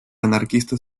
anarquista